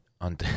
on